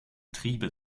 triebe